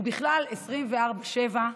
ובכלל 24/7,